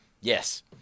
Yes